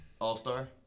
All-Star